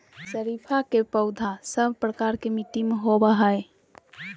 शरीफा के पौधा सब प्रकार के मिट्टी में होवअ हई